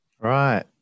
Right